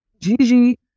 Gigi